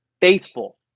Faithful